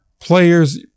players